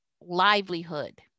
livelihood